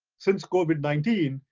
since covid nineteen,